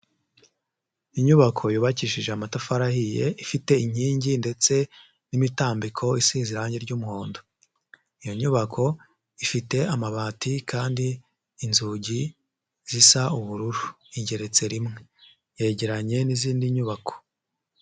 Inyubako yubakishije amatafari ahiye ifite inkingi ndetse n'imitambiko isize irange ry'umuhondo, iyo nyubako ifite amabati kandi inzugi zisa ubururu, ingeretse rimwe, yegeranye n'izindi nyubako.